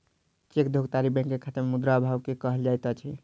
cheque धोखाधड़ी बैंकक खाता में मुद्रा अभाव के कहल जाइत अछि